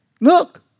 Look